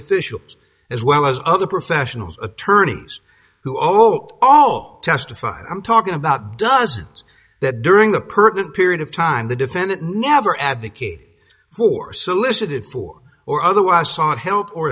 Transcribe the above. officials as well as other professionals attorneys who open all testified i'm talking about dozens that during the pertinent period of time the defendant never advocate who are solicited for or otherwise sought help or